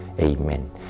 Amen